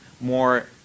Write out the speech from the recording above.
more